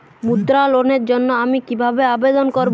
মুদ্রা লোনের জন্য আমি কিভাবে আবেদন করবো?